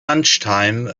lunchtime